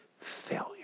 failure